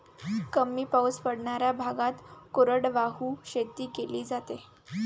कमी पाऊस पडणाऱ्या भागात कोरडवाहू शेती केली जाते